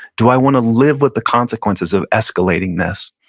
do i wanna live with the consequences of escalating this?